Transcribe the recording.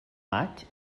maig